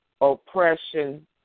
oppression